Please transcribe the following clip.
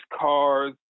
cars